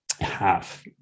Half